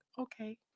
okay